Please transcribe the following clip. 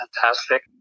fantastic